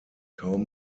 kaum